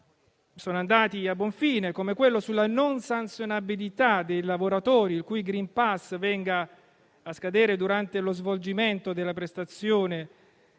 sono andati a buon fine, come quello sulla non sanzionabilità dei lavoratori il cui *green pass* venga a scadere durante lo svolgimento della prestazione